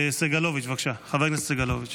בבקשה, חבר הכנסת סגלוביץ'.